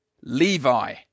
Levi